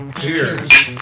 Cheers